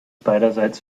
beiderseits